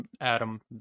Adam